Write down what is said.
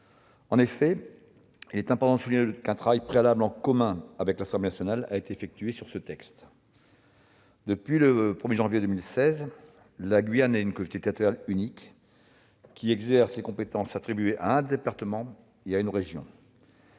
En effet, il est important de souligner qu'un travail préalable a été effectué en commun avec l'Assemblée nationale sur ce texte. Depuis le 1 janvier 2016, la Guyane est une collectivité territoriale unique, qui exerce les compétences attribuées à un département et à une région.